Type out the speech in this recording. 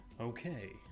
Okay